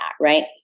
Right